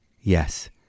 Yes